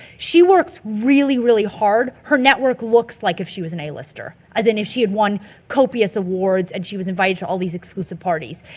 she works really, really hard. her network looks like if she was an a-lister. as in if she'd won copious awards and she was invited to all these exclusive parties.